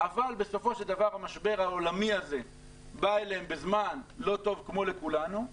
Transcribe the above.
אבל בסופו של דבר המשבר העולמי הזה בא להם בזמן לא טוב כמו לכולנו,